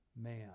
man